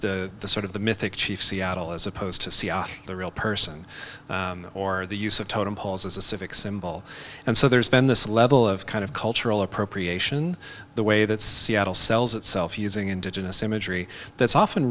the sort of the mythic chief seattle as opposed to see the real person or the use of totem poles as a civic symbol and so there's been this level of kind of cultural appropriation the way that seattle sells itself using indigenous imagery that's often